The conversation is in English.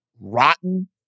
rotten